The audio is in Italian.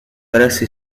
presso